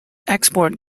export